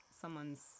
someone's